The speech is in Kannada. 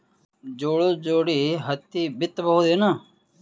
ಜೋಳದ ಜೋಡಿ ಹತ್ತಿ ಬಿತ್ತ ಬಹುದೇನು?